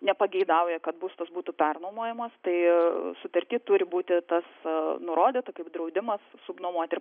nepageidauja kad būstas būtų pernuomojamas tai sutarty turi būti tas nurodyta kaip draudimas subnuomoti ir